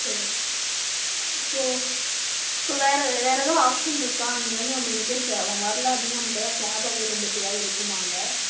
சரிங் இப்போது இப்போது வேறு வேறு எதுவும் ஆப்ஷன் இருக்கா அங்கிருந்து நம்ம இன்கேஸ் அவங்க வரல அப்படின்னா நமக்கு எதாவது கேப் அவைலபிலிட்டியாவது இருக்குமா அங்கே